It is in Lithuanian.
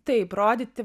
taip rodyti